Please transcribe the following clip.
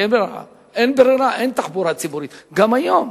כי אין ברירה, אין תחבורה ציבורית, גם היום.